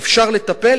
אפשר לטפל,